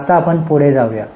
आता आपण पुढे जाऊया